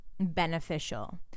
beneficial